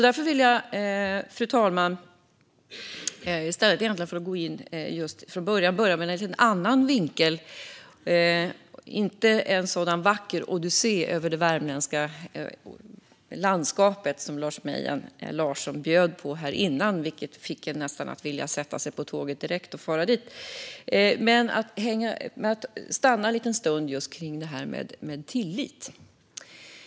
Därför, fru talman vill jag gå in från en annan vinkel - inte med en sådan vacker odyssé genom det värmländska landskapet som den Lars Mejern Larsson bjöd på här, som nästan fick en att vilja sätta sig på tåget och fara dit direkt, men jag vill stanna en stund vid detta med tillit.